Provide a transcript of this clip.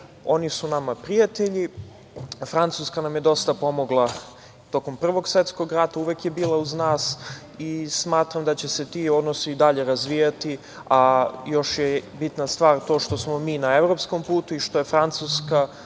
Oni su nama prijatelji. Francuska nam je dosta pomogla tokom Prvog svetskog rata, uvek je bila uz nas i smatram da će se ti odnosi i dalje razvijati, a još je bitna stvar to što smo mi na evropskom putu i što je Francuska